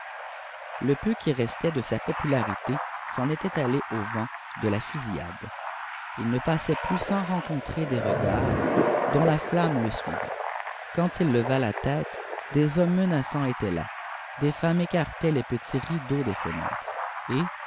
le peu qui restait de sa popularité s'en était allé au vent de la fusillade il ne passait plus sans rencontrer des regards dont la flamme le suivait quand il leva la tête des hommes menaçants étaient là des femmes écartaient les petits rideaux des fenêtres et